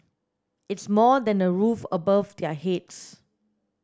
it's more than a roof above their heads